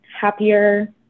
happier